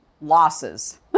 losses